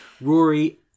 Rory